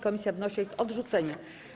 Komisja wnosi o ich odrzucenie.